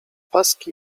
paski